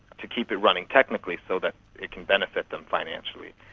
to keep it running technically so that it can benefit them financially.